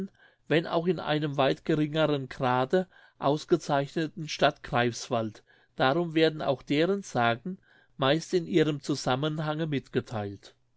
wenn auch in einem weit geringeren grade ausgezeichneten stadt greifswald darum wurden auch deren sagen meist in ihrem zusammenhange mitgetheilt